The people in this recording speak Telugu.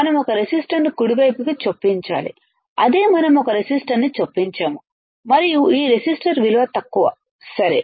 మనం ఒక రెసిస్టర్ను కుడివైపుకి చొప్పించాలి అదే మనం ఒక రెసిస్టర్ను చొప్పించాము మరియు ఈ రెసిస్టర్ విలువ తక్కువ సరే